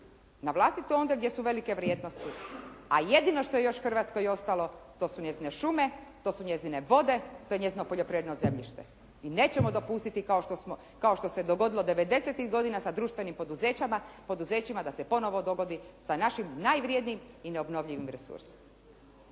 razumije./… onda gdje su velike vrijednosti. A jedino što je još Hrvatskoj ostalo, to su njezine šume, to su njezine vode, to je njezino poljoprivredno zemljište. I nećemo dopustiti kao što se dogodilo '90.-tih godina sa društvenim poduzećima da se ponovno dogodi sa našim najvrjednijim i neobnovljivim resursima.